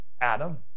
Adam